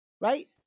right